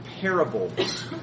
parables